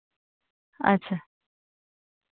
अच्छा